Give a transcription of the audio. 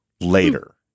later